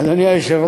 אדוני היושב-ראש,